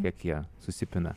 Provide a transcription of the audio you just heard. kiek jie susipina